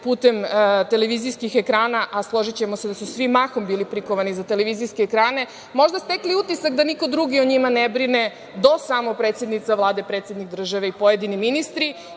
putem televizijskih ekrana, a složićemo se da su svi mahom bili prikovani za televizijske ekrane, možda stekli utisak da niko drugi o njima ne brine do samo predsednice Vlade, predsednika države i pojedini ministri. Dakle,